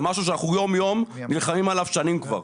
זה משהו שאנחנו יום יום נלחמים עליו שנים כבר,